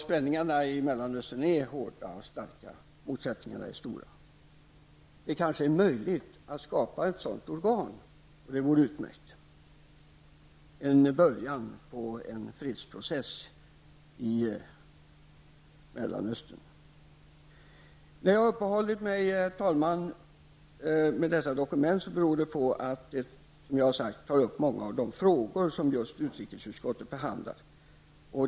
Spänningarna i Mellanöstern är hårda och motsättningarna är stora. Det kanske är möjligt att skapa ett sådant organ. Det vore utmärkt, kanske en början till en fredsprocess i Mellanöstern. När jag uppehållit mig, herr talman, vid dessa dokument beror det på att det, som jag sade, tar upp många av de frågor utrikesutskottet behandlat.